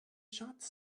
shots